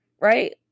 Right